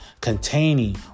containing